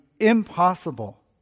impossible